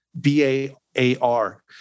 B-A-A-R